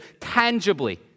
tangibly